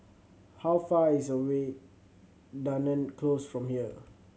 how far is away Dunearn Close from here